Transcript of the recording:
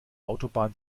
autobahn